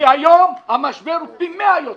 כי היום המשבר הוא פי 100 יותר.